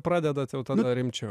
pradedat jau tada rimčiau